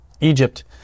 Egypt